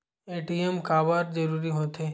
ATM काबर जरूरी हो थे?